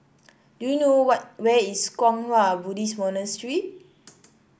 do you know where is Kwang Hua Buddhist Monastery